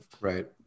right